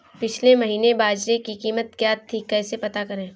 पिछले महीने बाजरे की कीमत क्या थी कैसे पता करें?